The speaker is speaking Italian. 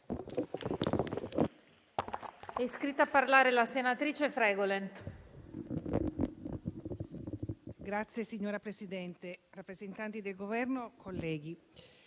Signora Presidente, rappresentanti del Governo, colleghi,